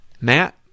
Matt